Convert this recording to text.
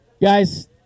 Guys